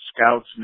scouts